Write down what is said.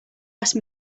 asked